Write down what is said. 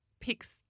picks